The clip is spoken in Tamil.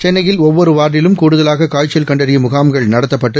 சென்னையில் ஒவ்வொரு வார்டிலும் கூடுதலாக காய்ச்சல் கண்டறியும் முகாம்கள் நடத்தப்பட்டு